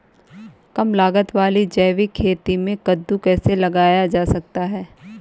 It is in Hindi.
कम लागत वाली जैविक खेती में कद्दू कैसे लगाया जा सकता है?